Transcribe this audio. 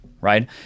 right